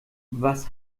was